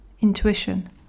intuition